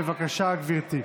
בבקשה, גברתי.